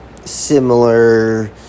similar